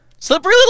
Slippery